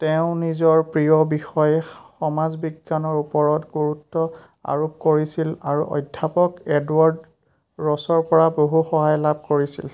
তেওঁ নিজৰ প্ৰিয় বিষয় সমাজ বিজ্ঞানৰ ওপৰত গুৰুত্ব আৰোপ কৰিছিল আৰু অধ্যাপক এডৱাৰ্ড ৰছৰ পৰা বহু সহায় লাভ কৰিছিল